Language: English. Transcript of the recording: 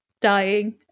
dying